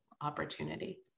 opportunity